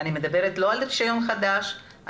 אני מדברת לא על רישיון קיים,